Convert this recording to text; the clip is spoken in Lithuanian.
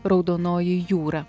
raudonoji jūra